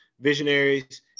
Visionaries